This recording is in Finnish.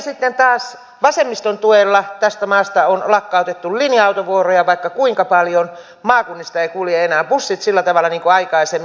sitten taas vasemmiston tuella tästä maasta on lakkautettu linja autovuoroja vaikka kuinka paljon maakunnista eivät kulje enää bussit sillä tavalla niin kuin aikaisemmin